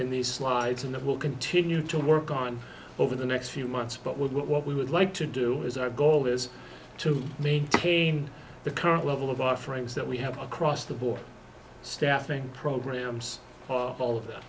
in the slides and that will continue to work on over the next few months but with what we would like to do is our goal is to maintain the current level of offerings that we have across the board staffing programs all of th